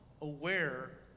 aware